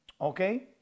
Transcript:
Okay